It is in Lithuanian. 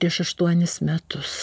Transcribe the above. prieš aštuonis metus